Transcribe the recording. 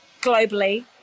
Globally